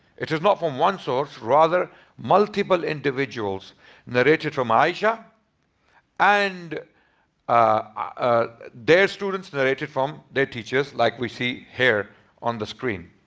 it is not from one source rather multiple individuals narrated from aisha and ah their students narrated from their teachers like we see here on the screen.